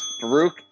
Baruch